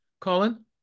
Colin